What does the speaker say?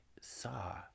saw